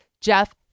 jeff